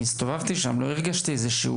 אני הסתובבתי שם ולא הרגשתי איזו שהיא